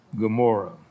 Gomorrah